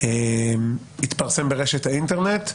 התפרסם ברשת האינטרנט,